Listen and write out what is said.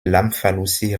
lamfalussy